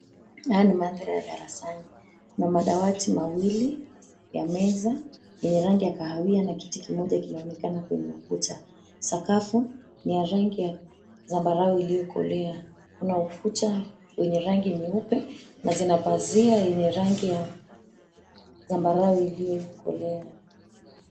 Haya ni mandhari ya darasani. Kuna madawati mawili ya meza yenye rangi ya kahawia na kiti kimoja kinaonekana kwenye ukuta. Sakafu ni ya rangi ya zambarau iliyokolea. Kuna ukuta wenye rangi nyeupe na zina pazia yenye rangi ya zambarau iliyokolea.